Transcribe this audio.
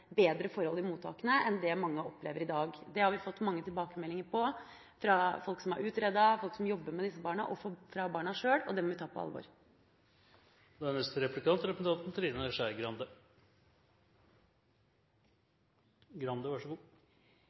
bedre forhold i mottakene enn det mange opplever i dag. Det har vi fått mange tilbakemeldinger på fra folk som har utredet dette, folk som jobber med disse barna og fra barna sjøl, og det må vi ta på alvor. Jeg skal også være grei og ikke spørre om meldinga, for jeg tror egentlig Venstre og SV er